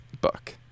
book